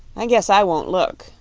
i guess i won't look,